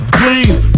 please